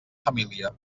família